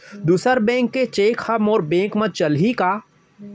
दूसर बैंक के चेक ह मोर बैंक म चलही का?